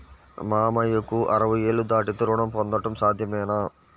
మామయ్యకు అరవై ఏళ్లు దాటితే రుణం పొందడం సాధ్యమేనా?